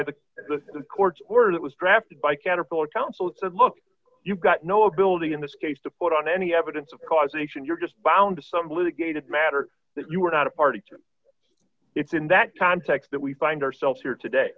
the court order that was drafted by caterpillar council and said look you've got no ability in this case to put on any evidence of causation you're just bound to some blue gated matter that you were not a party to it's in that context that we find ourselves here today